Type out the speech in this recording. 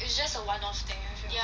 it's just a one-off thing